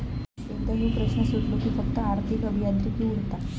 एकदा ह्यो प्रश्न सुटलो कि फक्त आर्थिक अभियांत्रिकी उरता